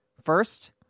first